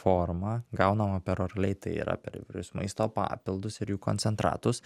forma gaunama peroraliai tai yra per įvairius maisto papildus ir jų koncentratus